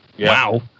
wow